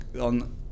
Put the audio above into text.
on